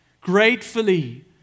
gratefully